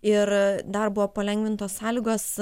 ir dar buvo palengvintos sąlygos